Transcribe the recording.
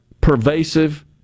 pervasive